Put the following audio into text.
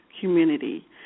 community